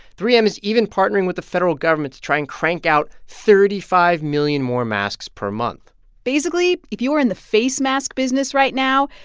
three m is even partnering with the federal government to try and crank out thirty five million more masks per month basically, if you are in the face mask business right now,